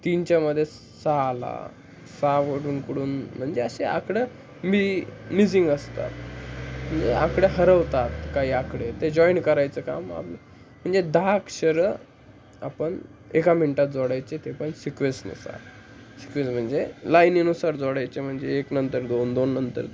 तीनच्यामध्ये सहा आला सहा ओढूनकडून म्हणजे असे आकडे मी मिझिंग असतात म्हणजे आकडे हरवतात काही आकडे ते जॉईन करायचं काम आप म्हणजे दहा अक्षरं आपण एका मिनटात जोडायचे ते पण सिक्वेंसनुसार सिक्वेंस म्हणजे लाईनीनुसार जोडायचे म्हणजे एक नंतर दोन दोन नंतर